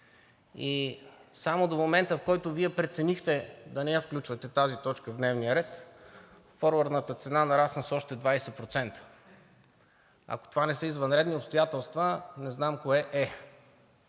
А само до момента, в който Вие преценихте да не включвате тази точка в дневния ред, forward цената нарасна с още 20%! Ако това не са извънредни обстоятелства, не знам кое е.